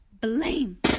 blame